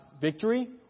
victory